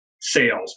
sales